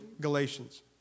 Galatians